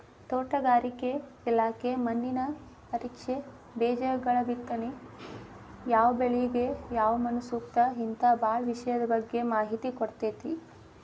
ತೋಟಗಾರಿಕೆ ಇಲಾಖೆ ಮಣ್ಣಿನ ಪರೇಕ್ಷೆ, ಬೇಜಗಳಬಿತ್ತನೆ ಯಾವಬೆಳಿಗ ಯಾವಮಣ್ಣುಸೂಕ್ತ ಹಿಂತಾ ಬಾಳ ವಿಷಯದ ಬಗ್ಗೆ ಮಾಹಿತಿ ಕೊಡ್ತೇತಿ